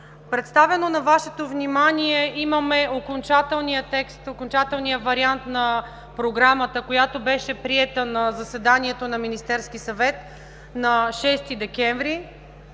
Представено на Вашето внимание, имаме окончателния вариант на Програмата, която беше приета на заседанието на Министерския съвет на 6 декември